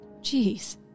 Jeez